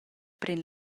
pren